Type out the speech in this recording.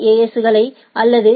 S களை அல்லது ஏ